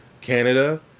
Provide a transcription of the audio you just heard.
Canada